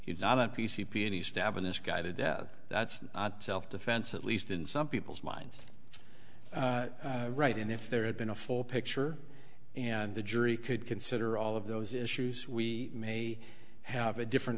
he's not p c p any stabbing this guy to death that's not defense at least in some people's minds right and if there had been a full picture and the jury could consider all of those issues we may have a different